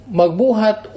magbuhat